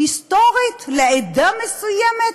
היסטורית לעדה מסוימת?